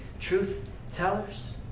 truth-tellers